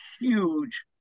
huge